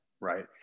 right